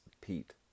Pete